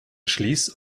schließ